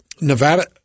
Nevada